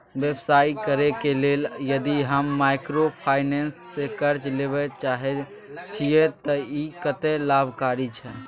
व्यवसाय करे के लेल यदि हम माइक्रोफाइनेंस स कर्ज लेबे चाहे छिये त इ कत्ते लाभकारी छै?